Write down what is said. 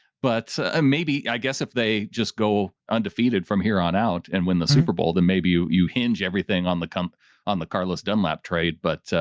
but ah maybe, i guess if they just go undefeated from here on out and win the super bowl, then maybe you you hinge everything on the com on the carlos dunlap trade. but,